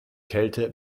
kälte